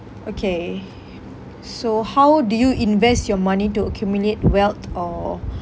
okay so how do you invest your money to accumulate wealth or